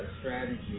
strategy